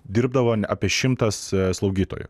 dirbdavo apie šimtas slaugytojų